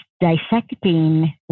dissecting